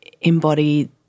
embody